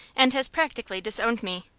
and has practically disowned me.